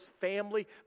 family